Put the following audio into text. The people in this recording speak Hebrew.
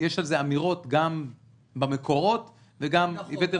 יש על זה אמירות גם במקורות וגם הבאתי